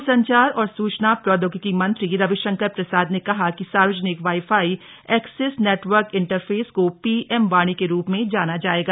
द्रसंचार और सूचना प्रोदयोगिकी मंत्री रविशंकर प्रसाद ने कहा कि सार्वजनिक wifi access network interface को पीएम वाणी के रूप में जाना जाएगा